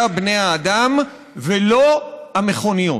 אנחנו מדברים על חשיבה שבמרכזה בני האדם ולא המכוניות.